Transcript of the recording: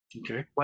okay